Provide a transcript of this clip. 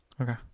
Okay